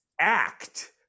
act